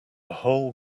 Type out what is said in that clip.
whole